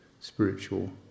spiritual